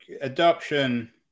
adoption